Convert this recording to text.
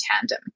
tandem